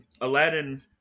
Aladdin